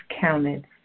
counted